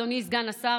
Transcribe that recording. אדוני סגן השר,